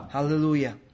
Hallelujah